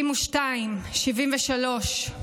72, 73,